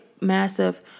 massive